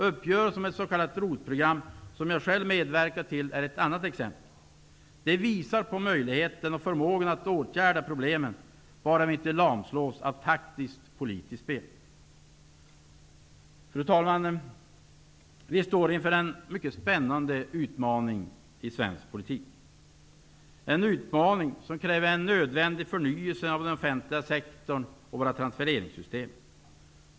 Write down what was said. Uppgörelsen om ett s.k. ROT-program, som jag själv medverkade till, är ett annat exempel. Det visar på möjligheten och förmågan att åtgärda problem, bara vi inte lamslås av taktiskt, politiskt spel. Fru talman! Vi står inför en mycket spännande utmaning i svensk politik; en utmaning som kräver en nödvändig förnyelse av den offentliga sektorn och transfereringssystemen.